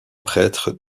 prêtres